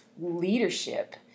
leadership